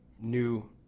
new